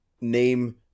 name